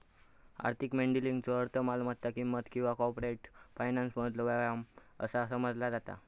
आर्थिक मॉडेलिंगचो अर्थ मालमत्ता किंमत किंवा कॉर्पोरेट फायनान्समधलो व्यायाम असा समजला जाता